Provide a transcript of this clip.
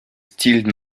steele